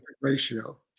Ratio